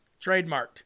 Trademarked